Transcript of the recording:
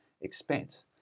expense